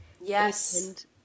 Yes